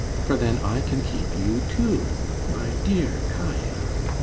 for then i can keep you too, my dear kaia.